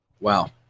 Wow